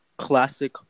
classic